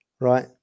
right